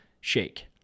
shake